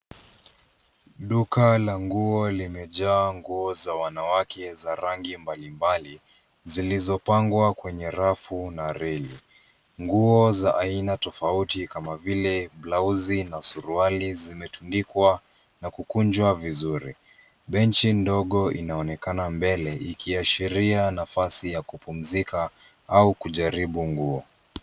Duka la nguo limejaa nguo za wanawake za rangi mbalimbali zilizopangwa kwenye rafu na reli. Nguo za aina tofauti kama vile blauzi na suruali zimetundikwa na kukunjwa vizuri. Benchi ndogo inaonekana mbele ikiashiria nafasi ya kupumzika au kujaribu nguo.